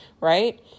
right